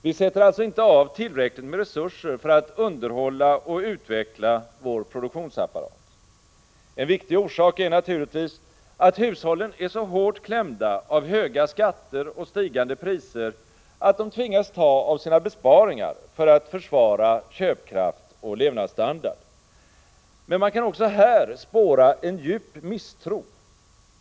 Vi sätter alltså inte av tillräckligt med resurser för att underhålla och utveckla vår produktionsapparat. En viktig orsak är naturligtvis att hushållen är så hårt klämda av höga skatter och stigande priser att de tvingas ta av sina besparingar för att försvara köpkraft och levnadsstandard. Men man kan också här spåra en djup misstro.